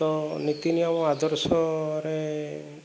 ତ ନୀତି ନିୟମ ଆଦର୍ଶରେ